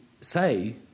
say